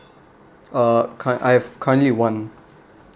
uh c~ I have currently one